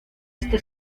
este